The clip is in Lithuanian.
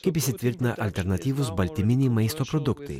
kaip įsitvirtina alternatyvūs baltyminiai maisto produktai